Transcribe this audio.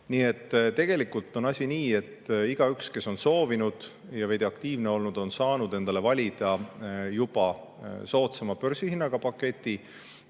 et tegelikult on asi nii, et igaüks, kes on soovinud ja veidi aktiivne olnud, on saanud endale valida juba soodsama börsihinnaga paketi,